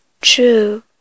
true